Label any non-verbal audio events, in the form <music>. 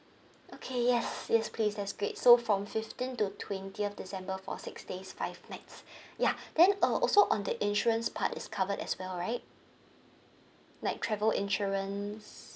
okay yes yes please that's great so from fifteen to twentieth december for six days five nights <breath> ya then uh also on the insurance part is covered as well right like travel insurance